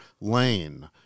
lane